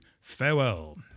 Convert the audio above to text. farewell